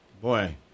Boy